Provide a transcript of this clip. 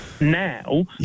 now